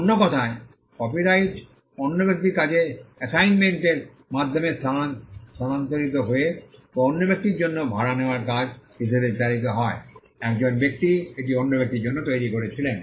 অন্য কথায় কপিরাইট অন্য ব্যক্তির কাছে অ্যাসাইনমেন্টের মাধ্যমে স্থানান্তরিত হয়ে বা অন্য ব্যক্তির জন্য ভাড়া নেওয়ার কাজ হিসাবে চালিত হয় একজন ব্যক্তি এটি অন্য ব্যক্তির জন্য তৈরি করেছিলেন